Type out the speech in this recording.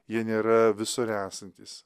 jie nėra visur esantys